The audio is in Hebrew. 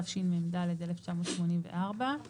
התשמ"ד 1984‏;